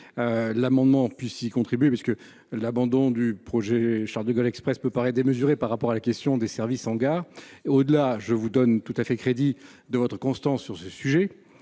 l'amendement puisse y contribuent, puisque l'abandon du projet Charles-de-Gaulle Express peut paraître démesurée par rapport à la question des services en gare et au-delà, je vous donne tout à fait crédit de votre constance sur ce sujet,